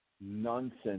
nonsense